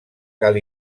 cal